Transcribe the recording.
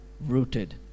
rooted